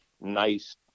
nice